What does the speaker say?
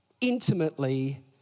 intimately